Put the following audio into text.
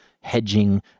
hedging